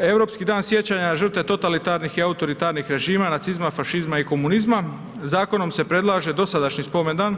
Europski dan sjećanja na žrtve totalitarnih i autoritarnih režima nacizma, fašizma i komunizma, zakonom se predlaže dosadašnji spomendan,